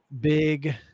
big